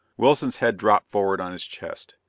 wilson's head dropped forward on his chest.